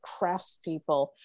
craftspeople